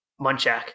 Munchak